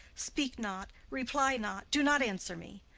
speak not, reply not, do not answer me!